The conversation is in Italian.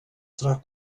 tra